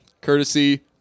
Courtesy